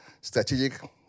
strategic